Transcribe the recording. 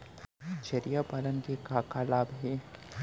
छेरिया पालन के का का लाभ हे?